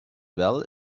well